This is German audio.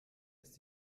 ist